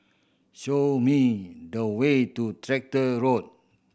show me the way to Tractor Road